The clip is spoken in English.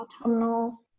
autumnal